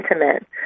intimate